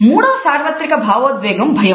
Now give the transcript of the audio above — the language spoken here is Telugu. మూడవ సార్వత్రిక భావోద్వేగం భయం